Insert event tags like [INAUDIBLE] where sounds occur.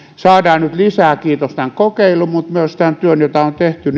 saamme nyt lisää kiitos tämän kokeilun mutta myös tämän työn jota on tehty [UNINTELLIGIBLE]